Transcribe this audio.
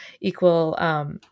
equal